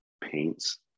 paints